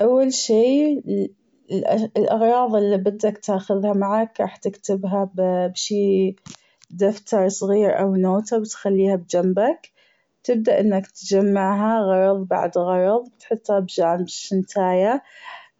أول شي ال- الأغراظ اللي بدك تاخذها معك راح تكتبها بشي دفتر صغير أو نوتة بتخليها بجمبك وبتبدأ أنك تجمعها غرظ بعد غرظ وبتحطها بجمب الشنطاية